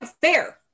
Fair